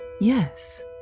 Yes